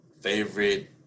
Favorite